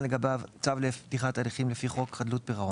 לגביו צו לפתיחת הליכים לפי חוק חדלות פירעון,